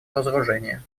разоружения